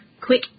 quick